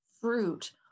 fruit